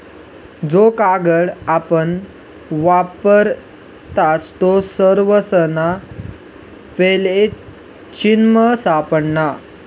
जो कागद आपण वापरतस तो सर्वासना पैले चीनमा सापडना